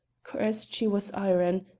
coerced she was iron,